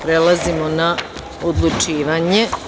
Prelazimo na odlučivanje.